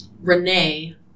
Renee